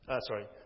Sorry